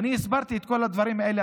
הסברתי את כל הדברים האלה,